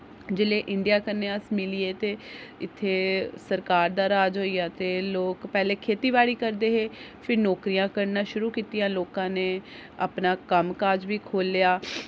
जिसलै इंडिया कन्नै अस मिलिये ते इत्थै सरकार दा राज होइया ते लोक पैह्लें खेती बाड़ी करदे हे फ्ही नौकरियां करना शुरू कीतियां लोकें ने अपना कम्म काज बी खोह्लेआ